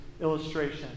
illustration